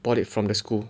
bought it from the school